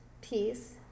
piece